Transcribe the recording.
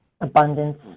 abundance